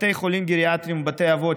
בתי חולים גריאטריים ובתי אבות,